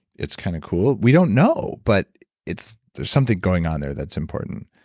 it's kind of cool. we don't know, but it's. there's something going on there that's important.